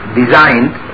designed